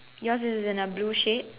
yours is in a blue shade